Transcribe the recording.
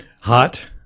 Hot